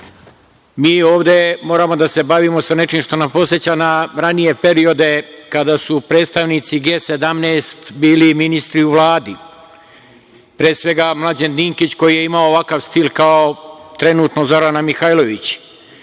mi ovde moramo da se bavimo nečim što nas podseća na ranije periode kada su predstavnici G17 bili ministri u Vladi, pre svega Mlađan Dinkić, koji je imao ovakav stil kao trenutno Zorana Mihajlović,